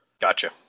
Gotcha